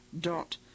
dot